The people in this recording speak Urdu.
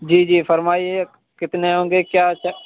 جی جی فرمائیے کتنے ہوں گے کیا